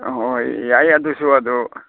ꯍꯣꯏ ꯌꯥꯏ ꯑꯗꯨꯁꯨ ꯑꯗꯨ